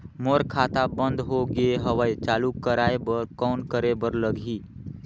मोर खाता बंद हो गे हवय चालू कराय बर कौन करे बर लगही?